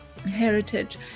heritage